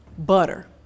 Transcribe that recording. Butter